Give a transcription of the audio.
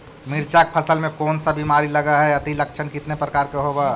मीरचा के फसल मे कोन सा बीमारी लगहय, अती लक्षण कितने प्रकार के होब?